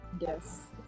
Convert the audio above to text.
Yes